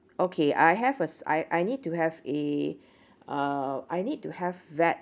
okay I have a I I need to have a uh I need to have that